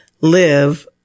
live